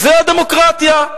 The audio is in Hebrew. זה הדמוקרטיה.